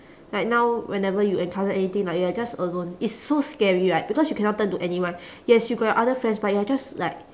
like now whenever you encounter anything like you are just alone it's so scary right because you cannot turn to anyone yes you got your other friends but you are just like